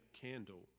candle